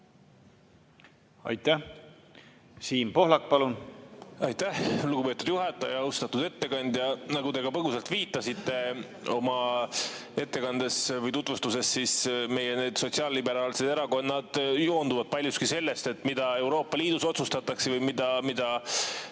Aitäh! Siim Pohlak, palun! Aitäh, lugupeetud juhataja! Austatud ettekandja! Nagu te põgusalt viitasite oma ettekandes või tutvustuses, meie sotsiaalliberaalsed erakonnad joonduvad paljuski sellest, mida Euroopa Liidus otsustatakse või mida